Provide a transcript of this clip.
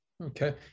Okay